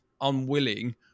unwilling